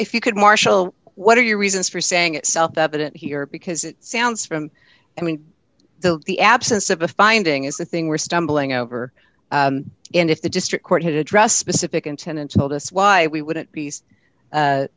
if you could marshal what are your reasons for saying it self evident here because it sounds from i mean so the absence of a finding is the thing we're stumbling over and if the district court had addressed specific intent and told us why we wouldn't be